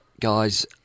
guys